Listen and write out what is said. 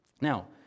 Now